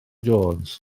jones